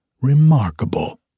remarkable